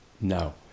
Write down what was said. No